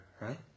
right